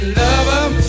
lover